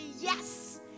yes